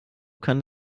kann